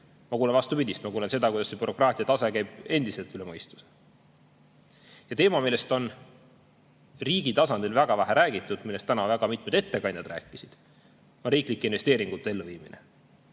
ma kuulen vastupidist. Ma kuulen seda, kuidas bürokraatiatase käib endiselt üle mõistuse. Teema, millest on riigi tasandil väga vähe räägitud, aga millest täna väga mitmed ettekandjad rääkisid, on riiklike investeeringute elluviimine.